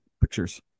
pictures